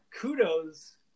kudos